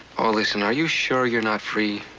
oh, listen, are you sure you're not free?